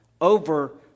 over